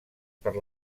per